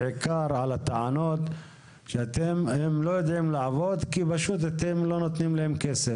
בעיקר על הטענות שהם לא יכולים לעבוד כי אתם פשוט לא נותנים להם כסף.